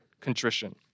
contrition